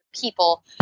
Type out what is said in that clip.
people